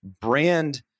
brand